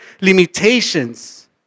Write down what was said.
limitations